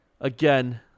again